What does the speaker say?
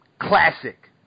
classic